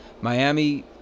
Miami